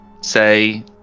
say